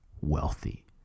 wealthy